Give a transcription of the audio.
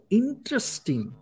interesting